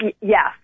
yes